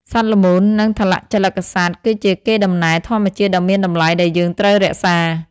សត្វល្មូន និងថលជលិកសត្វគឺជាកេរដំណែលធម្មជាតិដ៏មានតម្លៃដែលយើងត្រូវរក្សា។